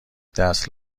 دست